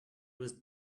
was